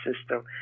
system